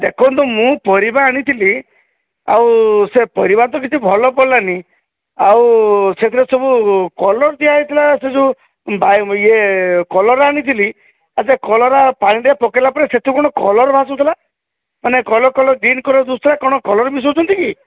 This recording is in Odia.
ଦେଖନ୍ତୁ ମୁଁ ପାରିବା ଆଣିଥିଲି ଆଉ ସେ ପରିବା ତ କିଛି ଭଲ ପଡ଼ିଲାଣି ଆଉ ସେଥିରେ ସବୁ କଲର୍ ଦିଆହେଇଥିଲା କଲରା ଆଣିଥିଲି ଆଉ କଲରା ପାଣିରେ ପକାଇଲା ପରେ ସେଥିରୁ କ'ଣ କଲର୍ ଭାସୁଥିଲା ମାନେ କଲର୍ କଲର୍ ଗ୍ରୀନ୍ କଲର୍ ଦିଶୁଥିଲା କ'ଣ କଲର୍ ମିଶାଉଛନ୍ତି କି